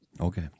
Okay